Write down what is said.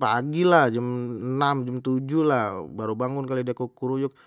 pagi lah, jam enam jam tujuh lah baru bangun kali dia kukuruyuk.